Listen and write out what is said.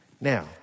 Now